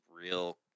real